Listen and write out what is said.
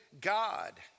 God